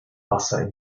wasser